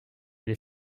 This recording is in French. les